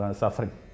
suffering